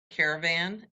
caravan